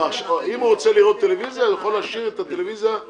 היא הגדרה שלא נותנת את הביאור המלא של